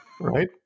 Right